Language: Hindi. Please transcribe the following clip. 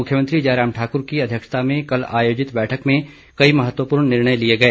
मुख्यमंत्री जयराम ठाकुर की अध्यक्षता में कल आयोजित बैठक में कई महत्वपूर्ण निर्णय लिए गए